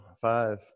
Five